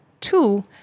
two